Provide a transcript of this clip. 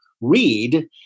read